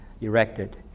erected